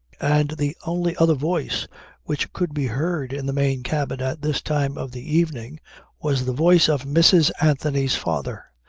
and the only other voice which could be heard in the main cabin at this time of the evening was the voice of mrs. anthony's father.